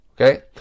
Okay